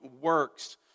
works